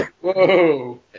Whoa